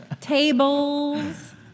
tables